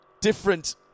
different